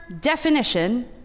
definition